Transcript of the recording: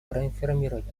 проинформировать